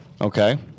Okay